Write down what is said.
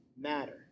matter